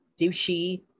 douchey